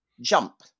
jump